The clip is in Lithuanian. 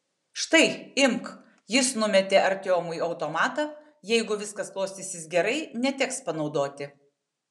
štai imk jis numetė artiomui automatą jeigu viskas klostysis gerai neteks panaudoti